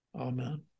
Amen